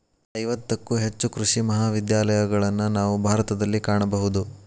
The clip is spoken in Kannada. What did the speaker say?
ಐವತ್ತಕ್ಕೂ ಹೆಚ್ಚು ಕೃಷಿ ಮಹಾವಿದ್ಯಾಲಯಗಳನ್ನಾ ನಾವು ಭಾರತದಲ್ಲಿ ಕಾಣಬಹುದು